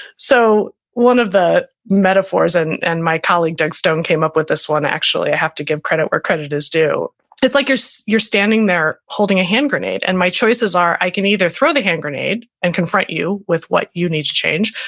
so one of the metaphors, and and my colleague doug stone came up with this one actually, i have to give credit where credit is due it's like you're so you're standing there holding a hand grenade and my choices are, i can either throw the hand grenade and confront you with what you need to change,